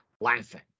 laughing